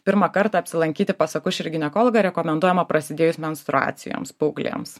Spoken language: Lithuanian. pirmą kartą apsilankyti pas akušerį ginekologą rekomenduojama prasidėjus menstruacijoms paauglėms